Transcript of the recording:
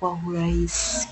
kwa urahisi.